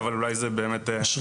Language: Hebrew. אבל אולי זה באמת לוקסוס.